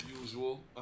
usual